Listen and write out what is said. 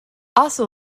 also